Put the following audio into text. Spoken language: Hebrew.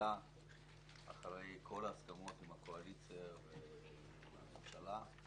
במליאה אחרי כל ההסכמות עם הקואליציה ועם הממשלה.